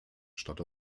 statt